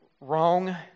wrong